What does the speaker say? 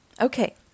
Okay